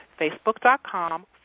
facebook.com